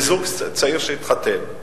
לזוג צעיר שהתחתן,